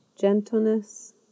gentleness